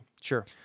Sure